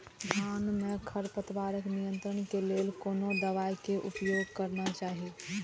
धान में खरपतवार नियंत्रण के लेल कोनो दवाई के उपयोग करना चाही?